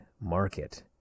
market